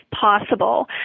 possible